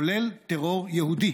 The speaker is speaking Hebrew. כולל טרור יהודי.